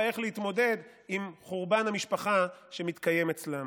איך להתמודד עם חורבן המשפחה שמתקיים אצלם.